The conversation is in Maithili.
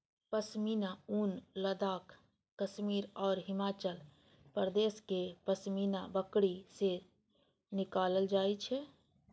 पश्मीना ऊन लद्दाख, कश्मीर आ हिमाचल प्रदेशक पश्मीना बकरी सं निकालल जाइ छै